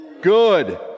Good